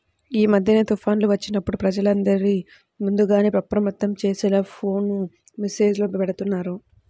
యీ మద్దెన తుఫాన్లు వచ్చినప్పుడు ప్రజలందర్నీ ముందుగానే అప్రమత్తం చేసేలా ఫోను మెస్సేజులు బెడతన్నారు